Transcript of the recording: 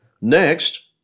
Next